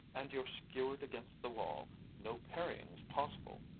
and you're skewered against the wall no parryings possible!